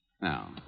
Now